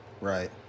Right